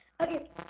Okay